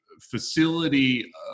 facility